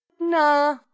nah